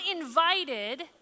invited